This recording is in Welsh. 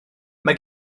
mae